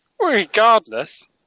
Regardless